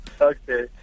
Okay